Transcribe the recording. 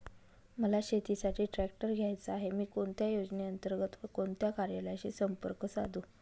मला शेतीसाठी ट्रॅक्टर घ्यायचा आहे, मी कोणत्या योजने अंतर्गत व कोणत्या कार्यालयाशी संपर्क साधू?